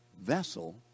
vessel